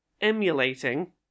emulating